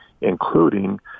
including